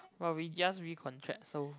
but we just recontract so